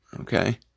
Okay